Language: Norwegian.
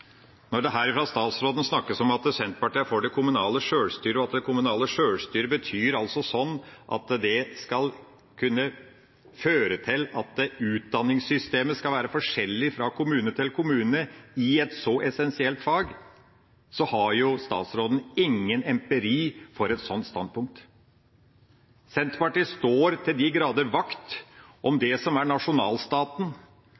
Når det her fra statsråden snakkes om at Senterpartiet er for det kommunale sjølstyret, og at det kommunale sjølstyret skal kunne føre til at utdanningssystemet skal være forskjellig fra kommune til kommune i et så essensielt fag, har statsråden ingen empiri for et sånt standpunkt. Senterpartiet står til de grader vakt rundt det som er nasjonalstaten,